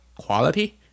quality